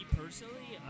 personally